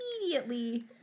immediately